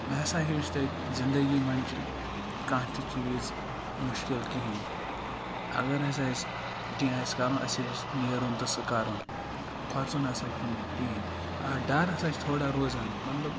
مےٚ ہَسا ہیٚوچھ تَتہِ زِندَگی مَنٛز چھُ کانٛہہ تہِ چیٖز مُشکِل کِہِنۍ اَگَر ہَسا اَسہِ کینٛہہ آسہِ کَرُن اَسہِ آسہِ نیرُن تہٕ سُہ کَرُن کھوژُن نَسا چھُنہٕ کِہِنۍ آ ڈَر ہَسا چھُ تھوڑا روزان مَطلَب